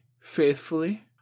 faithfully